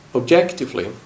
objectively